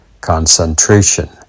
concentration